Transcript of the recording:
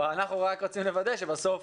אבל אנחנו רק רוצים לוודא שבסוף